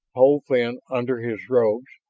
pole thin under his robes,